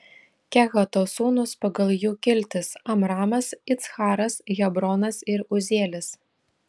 kehato sūnūs pagal jų kiltis amramas iccharas hebronas ir uzielis